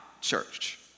church